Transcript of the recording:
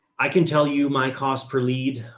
i can tell you my cost per lead.